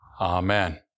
Amen